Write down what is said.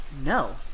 No